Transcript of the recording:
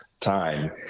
time